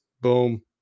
Boom